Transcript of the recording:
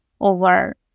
over